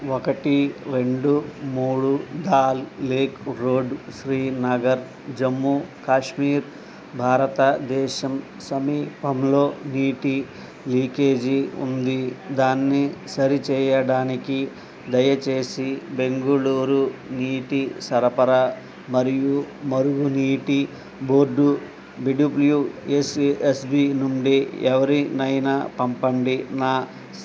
ఒకటి రెండు మూడు దాల్ లేక్ రోడ్ శ్రీనగర్ జమ్మూ కాశ్మీర్ భారతదేశం సమీపంలో నీటి లీకేజీ ఉంది దాన్ని సరిచేయడానికి దయచేసి బెంగళూరు నీటి సరఫరా మరియు మురుగునీటి board B W S A S B నుండి ఎవరినైనా పంపండి నా